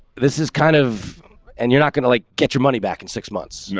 this is kind of and you're not gonna, like, get your money back in six months. yeah